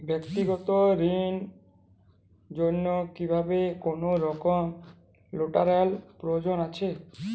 ব্যাক্তিগত ঋণ র জন্য কি কোনরকম লেটেরাল প্রয়োজন আছে?